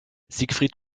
siegfried